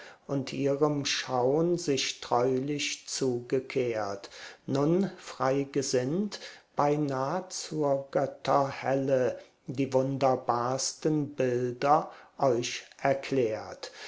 und ihrem schaun sich treulich zugekehrt nun freigesinnt beinah zur götterhelle die wunderbarsten bilder euch erklärt